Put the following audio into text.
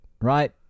right